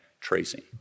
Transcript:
tracing